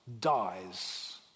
dies